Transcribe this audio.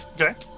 Okay